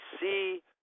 see